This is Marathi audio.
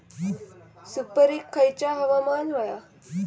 सुपरिक खयचा हवामान होया?